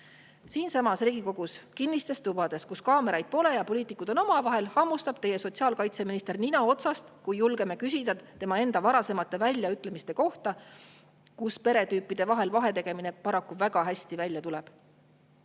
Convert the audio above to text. Siinsamas Riigikogu kinnistes tubades, kus kaameraid pole ja poliitikud on omavahel, hammustab teie sotsiaalkaitseminister nina otsast, kui julgeme küsida tema enda varasemate väljaütlemiste kohta, kus peretüüpide vahel vahetegemine paraku väga hästi välja tuleb.